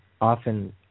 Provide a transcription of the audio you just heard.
often